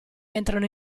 entrano